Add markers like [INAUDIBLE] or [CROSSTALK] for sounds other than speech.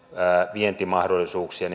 vientimahdollisuuksia [UNINTELLIGIBLE]